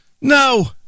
no